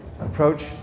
approach